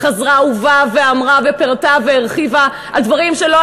לבנות תקציב כשהתקציב מדמם והחברה פצועה והמון דברים טויחו